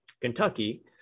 Kentucky